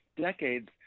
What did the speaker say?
decades